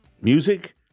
Music